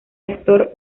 actor